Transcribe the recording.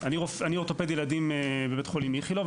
אני אורתופד ילדים בבית חולים איכילוב,